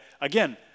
again